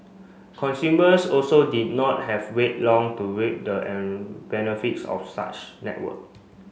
consumers also did not have wait long to reap the benefits of such network